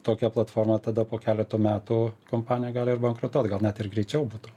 tokia platforma tada po keleto metų kompanijoj gali bankrutuot gal net ir greičiau būtų